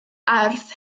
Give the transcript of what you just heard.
ardd